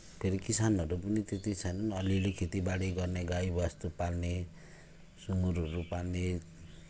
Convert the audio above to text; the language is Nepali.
फेरि किसानहरू पनि त्यति छैनन् अलि अलि खेतीबारी गर्ने गाई वस्तु पाल्ने सुँगुरहरू पाल्ने